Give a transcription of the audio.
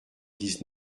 dix